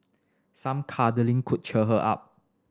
some cuddling could cheer her up